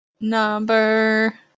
number